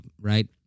right